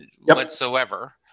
whatsoever